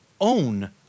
own